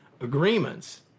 agreements